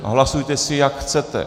A hlasujte si, jak chcete.